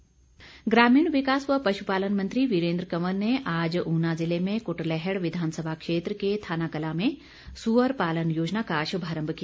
वीरेंद्र कंवर ग्रामीण विकास व पशुपालन मंत्री वीरेन्द्र कंवर ने आज ऊना ज़िले में कुटलैहड़ विधानसभा क्षेत्र के थानाकलां में सूअर पालन योजना का शुभारम्भ किया